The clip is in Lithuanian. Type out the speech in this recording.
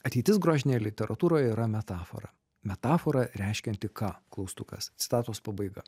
ateitis grožinėje literatūroje yra metafora metafora reiškianti ką klaustukas citatos pabaiga